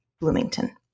Bloomington